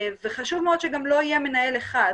חשוב גם שלא יהיה מנהל אחד,